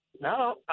No